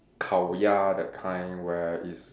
烤鸭 that kind where is